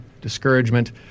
discouragement